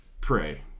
Pray